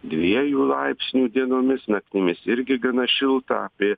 dviejų laipsnių dienomis naktimis irgi gana šilta apie